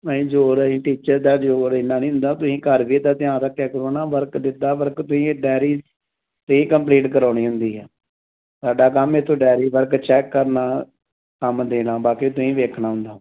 ਨਹੀਂ ਜੋਰ ਅਸੀਂ ਟੀਚਰ ਦਾ ਜੋਰ ਇਨਾ ਨਹੀਂ ਹੁੰਦਾ ਤੁਸੀਂ ਘਰ ਗਏ ਤਾਂ ਧਿਆਨ ਰੱਖਿਆ ਕਰੋ ਨਾ ਵਰਕ ਦਿੱਤਾ ਵਰਕ ਤੁਸੀਂ ਡਾਇਰੀ 'ਤੇ ਕੰਪਲੀਟ ਕਰਵਾਉਣੀ ਹੁੰਦੀ ਹੈ ਸਾਡਾ ਕੰਮ ਇਥੋਂ ਡਾਇਰੀ ਵਰਕ ਚੈੱਕ ਕਰਨਾ ਕੰਮ ਦੇਣਾ ਬਾਕੀ ਤੁਸੀਂ ਦੇਖਣਾ ਹੁੰਦਾ